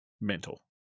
mental